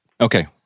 Okay